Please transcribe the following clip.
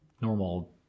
normal